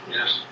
Yes